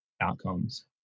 outcomes